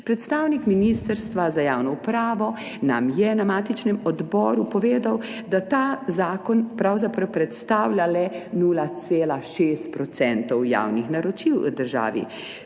Predstavnik Ministrstva za javno upravo nam je na matičnem odboru povedal, da ta zakon pravzaprav predstavlja le 0,6 % javnih naročil v državi,